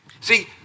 See